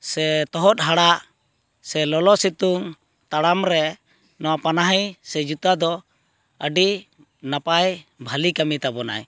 ᱥᱮ ᱛᱚᱦᱚᱫ ᱦᱟᱲᱟᱜ ᱥᱮ ᱞᱚᱞᱚ ᱥᱤᱛᱩᱝ ᱛᱟᱲᱟᱢ ᱨᱮ ᱱᱚᱣᱟ ᱯᱟᱱᱟᱦᱤ ᱥᱮ ᱡᱩᱛᱟᱹ ᱫᱚ ᱟᱹᱰᱤ ᱱᱟᱯᱟᱭ ᱵᱷᱟᱹᱞᱤ ᱠᱟᱹᱢᱤ ᱛᱟᱵᱚᱱᱟᱭ